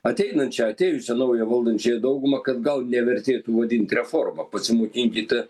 ateinančią atėjusią naują valdančiąją daugumą kad gal nevertėtų vadint reforma pasimokinkite